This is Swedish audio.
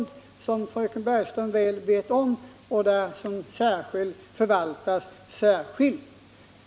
Den känner fröken Bergström väl till, och hon vet att den förvaltas särskilt.